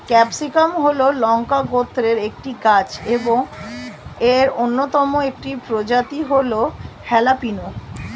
capsicum হল লঙ্কা গোত্রের একটি গাছ এবং এর অন্যতম একটি প্রজাতি হল হ্যালাপিনো